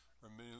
remove